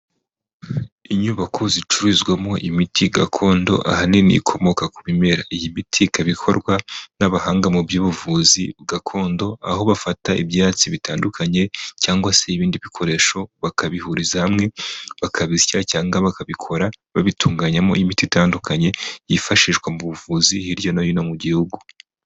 Inyubako zicururizwamo imiti gakondo ahanini ikomoka ku bimera, iyi miti ikaba ikorwa n'abahanga mu by'ubuvuzi gakondo, aho bafata ibyatsi bitandukanye cyangwa se ibindi bikoresho bakabihuriza hamwe bakabisya cyangwa bakabikora babitunganyamo imiti itandukanye yifashishwa mu buvuzi hirya no hino mu gihugu.